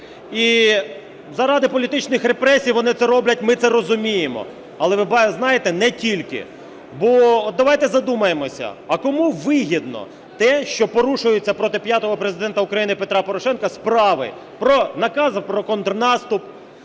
І заради політичних репресій вони це роблять, ми це розуміємо. Але ви знаєте, не тільки. Бо давайте задумаємося, а кому вигідно те, що порушуються проти п'ятого Президента Петра Порошенка справи про накази про контрнаступ,